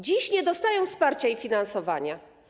Dziś nie dostają wsparcia i finansowania.